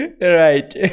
right